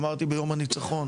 אמרתי ביום הניצחון,